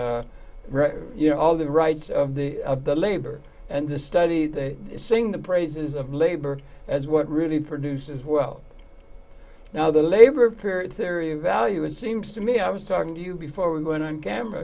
right you know all the rights of the of the labor and the study they sing the praises of labor as what really produced as well now the labor period theory of value it seems to me i was talking to you before we went on camera